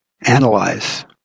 analyze